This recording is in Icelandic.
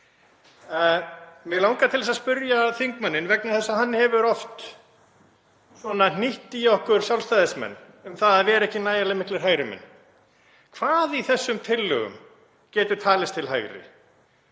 Mig langar til að spyrja þingmanninn, vegna þess að hann hefur oft svona hnýtt í okkur Sjálfstæðismenn um að vera ekki nægjanlega miklir hægri menn: Hvað í þessum tillögum getur talist til hægri?